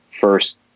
first